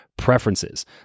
Preferences